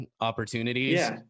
opportunities